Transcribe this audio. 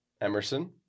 Emerson